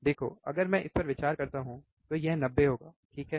देखो अगर मैं इस पर विचार करता हूं तो यह 90 होगा ठीक है